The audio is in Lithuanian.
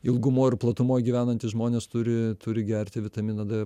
ilgumoj ir platumoj gyvenantys žmonės turi turi gerti vitaminą d